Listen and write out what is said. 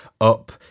Up